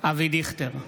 אבי דיכטר,